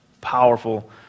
Powerful